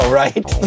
right